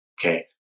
Okay